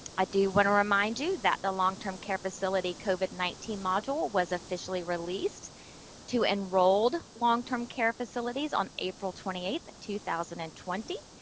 i do want to remind you that a long-term care facility covid nineteen module was officially released to enrolled long-term care facilities on april twenty eighth, two thousand and twenty.